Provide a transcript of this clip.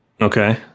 Okay